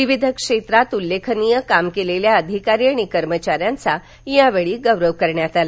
विविध क्षेत्रात उल्लेखनीय काम केलेल्या अधिकारी आणि कर्मचाऱ्यांचा यावेळी गौरव करण्यात आला